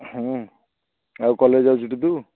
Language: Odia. ହୁଁ ଆଉ କଲେଜ୍ ଯାଉଛୁଟି ତୁ